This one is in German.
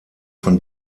von